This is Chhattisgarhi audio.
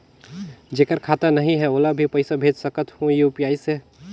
जेकर खाता नहीं है ओला भी पइसा भेज सकत हो यू.पी.आई से?